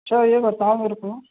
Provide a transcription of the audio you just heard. अच्छा तो यह बताओ मेरे को